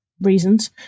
Reasons